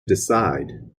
decide